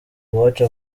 uwacu